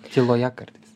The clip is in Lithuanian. tyloje kartais